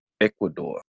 Ecuador